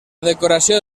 decoració